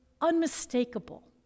unmistakable